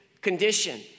condition